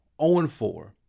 0-4